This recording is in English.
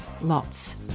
lots